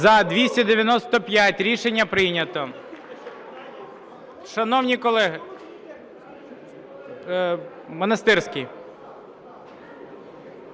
За-295 Рішення прийнято.